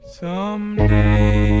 someday